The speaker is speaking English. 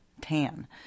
Tan